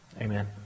Amen